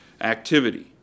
activity